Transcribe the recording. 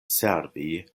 servi